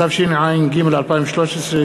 התשע"ג 2013,